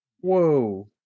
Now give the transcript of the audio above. Whoa